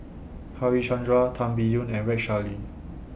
Harichandra Tan Biyun and Rex Shelley